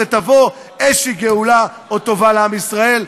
תבוא איזושהי גאולה או טובה לעם ישראל.